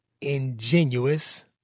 ingenuous